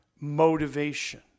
motivation